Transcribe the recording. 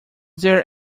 there